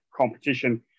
competition